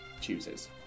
chooses